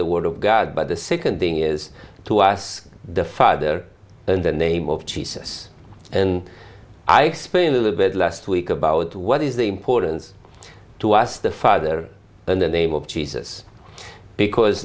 the word of god but the second thing is to us the father in the name of jesus and i explained a little bit last week about what is the importance to us the father in the name of jesus because